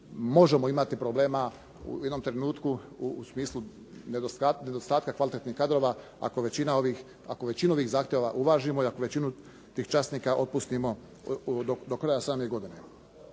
možemo imati problema u jednom trenutku u smislu nedostatka kvalitetnih kadrova, ako većinu ovih zahtjeva uvažimo i ako većinu tih časnika otpustimo do kraja same godine.